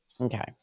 Okay